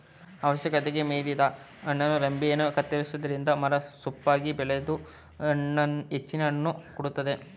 ಅವಶ್ಯಕತೆಗೆ ಮೀರಿದ ಹಣ್ಣಿನ ರಂಬೆಗಳನ್ನು ಕತ್ತರಿಸುವುದರಿಂದ ಮರ ಸೊಂಪಾಗಿ ಬೆಳೆದು ಹೆಚ್ಚಿನ ಹಣ್ಣು ಕೊಡುತ್ತದೆ